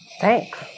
Thanks